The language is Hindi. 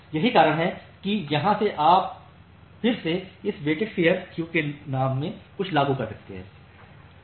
यही कारण है कि यहां से आप फिर से इस वेटेड फेयरक्यू के नाम से कुछ लागू कर सकते हैं